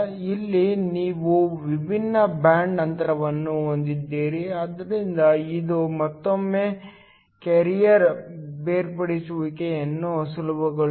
ಇಲ್ಲಿ ನೀವು ವಿಭಿನ್ನ ಬ್ಯಾಂಡ್ ಅಂತರವನ್ನು ಹೊಂದಿದ್ದೀರಿ ಆದ್ದರಿಂದ ಇದು ಮತ್ತೊಮ್ಮೆ ಕ್ಯಾರಿಯರ್ ಬೇರ್ಪಡಿಸುವಿಕೆಯನ್ನು ಸುಲಭಗೊಳಿಸುತ್ತದೆ